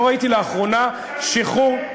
לא ראיתי לאחרונה שחרור,